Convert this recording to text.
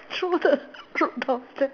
throw the drop downstairs